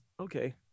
Okay